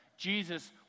Jesus